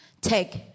take